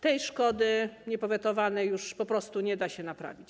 Tej szkody, niepowetowanej, już po prostu nie da się naprawić.